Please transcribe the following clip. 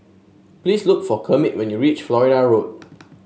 please look for Kermit when you reach Florida Road